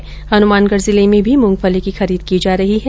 इसके चलते हनुमानगढ़ जिले में भी मूंगफली की खरीद की जा रही है